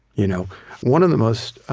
you know one of the most